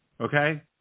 Okay